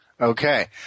Okay